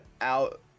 out